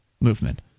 movement